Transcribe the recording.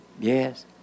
Yes